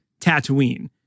Tatooine